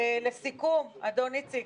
לסיכום, אדון איציק.